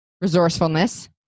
resourcefulness